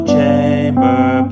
Chamber